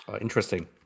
Interesting